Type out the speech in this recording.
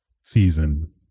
season